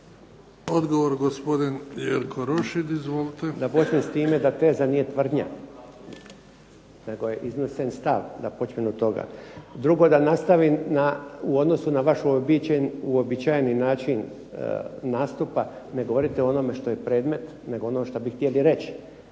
Odgovor gospodin Jerko Rošin, izvolite. **Rošin, Jerko (HDZ)** Da počnem s time da teza nije tvrdnja nego je iznesen stav, da počnem od toga. Drugo, da nastavim u odnosu na vaš uobičajeni način nastupa ne govorite o onome što je predmet nego ono što bi htjeli reći.